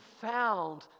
found